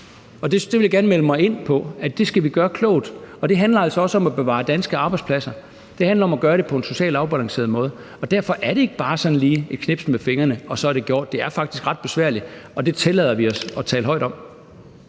Det vil jeg gerne melde mig ind på; vi skal gøre det klogt. Det handler altså også om at bevare danske arbejdspladser; det handler om at gøre det på en socialt afbalanceret måde. Og derfor er det ikke bare sådan lige et knips med fingrene, og så er det gjort. Det er faktisk ret besværligt, og det tillader vi os at tale højt om.